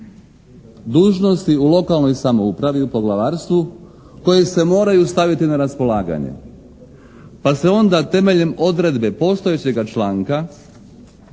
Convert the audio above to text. dužnosti u lokalnoj samoupravi u poglavarstvu koje se moraju staviti na raspolaganje pa se onda temeljem odredbe postojećega članka